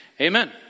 Amen